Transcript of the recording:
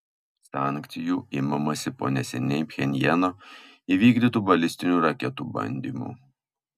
sankcijų imamasi po neseniai pchenjano įvykdytų balistinių raketų bandymų